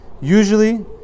Usually